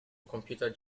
computer